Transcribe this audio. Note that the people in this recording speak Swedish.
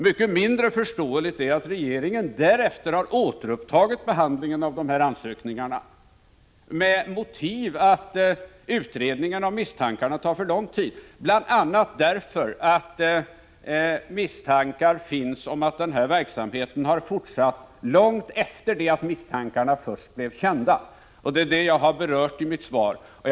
Mycket mindre förståeligt är att regeringen därefter återupptagit behandlingen av de ansökningarna, med motivet att utredningen om misstankarna tar för lång tid, bl.a. därför att misstankar finns om att den här verksamheten 69 har fortsatt långt efter det att misstankarna först blev kända. Det är detta jag har tagit upp i min fråga.